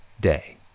day